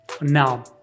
now